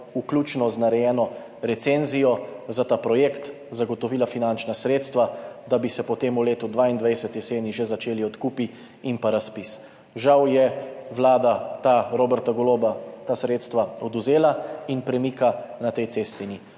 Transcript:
vključno z narejeno recenzijo, za ta projekt, zagotovila finančna sredstva, da bi se potem v letu 2022 jeseni že začeli odkupi in razpis. Žal je vlada Roberta Goloba ta sredstva odvzela in premika na tej cesti ni.